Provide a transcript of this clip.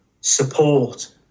support